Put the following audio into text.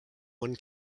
one